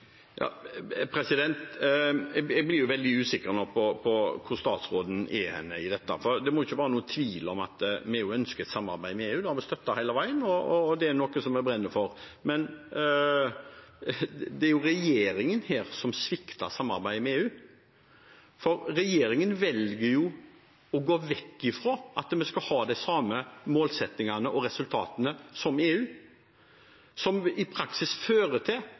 Jeg blir veldig usikker nå på hvor statsråden er i dette, for det må ikke være noen tvil om at vi også ønsker et samarbeid med EU. Det har vi støttet hele veien, og det er noe vi brenner for. Det er jo regjeringen som her svikter samarbeidet med EU, for regjeringen velger å gå vekk fra at vi skal ha de samme målsettingene og resultatene som EU, noe som i praksis fører til